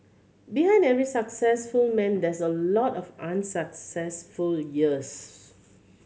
behind every successful man there's a lot of unsuccessful years